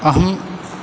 अहं